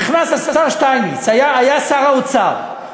נכנס השר שטייניץ, היה שר האוצר.